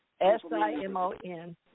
s-i-m-o-n